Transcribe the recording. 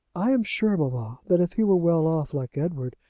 i am sure, mamma, that if he were well off, like edward,